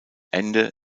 ende